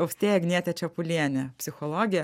austėja agnietė čepulienė psichologė